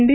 D